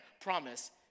promise